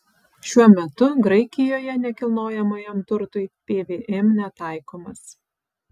šiuo metu graikijoje nekilnojamajam turtui pvm netaikomas